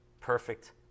perfect